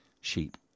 sheep